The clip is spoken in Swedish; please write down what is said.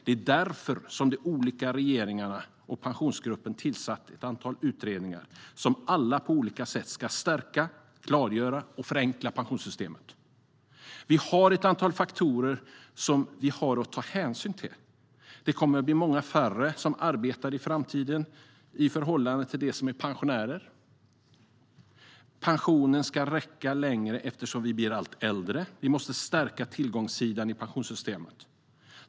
Det är därför som de olika regeringarna och pensionsgruppen tillsatt ett antal utredningar som alla på olika sätt ska stärka, klargöra och förenkla pensionssystemet. Vi har ett antal faktorer som vi har att ta hänsyn till. Det kommer att bli många färre som arbetar i framtiden i förhållande till dem som är pensionärer. Pensionen ska räcka längre, eftersom vi blir allt äldre. Vi måste stärka tillgångssidan i pensionssystemet.